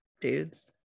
dudes